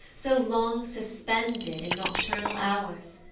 so long suspended in nocturnal hours?